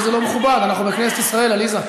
אני חושב שזה לא מכובד, אנחנו בכנסת ישראל, עליזה.